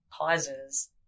causes